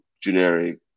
generic